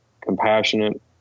compassionate